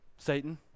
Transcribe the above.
satan